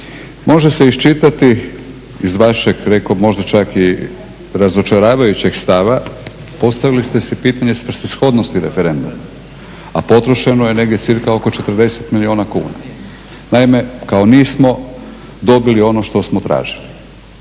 Može se iščitati iz vašeg, reko možda čak i razočaravajućeg stava, postavili ste si pitanje svrsishodnosti referenduma a potrošeno je negdje cirka oko 40 milijuna kuna, naime, kao nismo dobili ono što smo tražili.